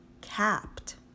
capped